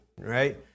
right